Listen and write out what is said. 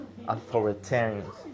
authoritarians